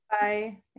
Bye